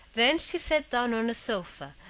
then she sat down on a sofa,